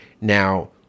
Now